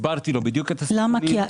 למה?